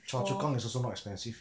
choa chu kang is also not expensive